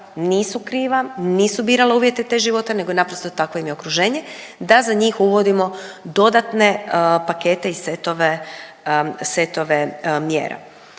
nisu kriva, nisu birala uvjete tog života nego naprosto takvo im je okruženje da za njih uvodimo dodatne pakete i setove,